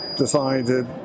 decided